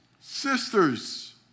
sisters